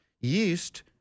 Yeast